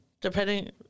depending